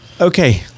okay